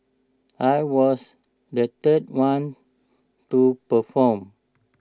I was the third one to perform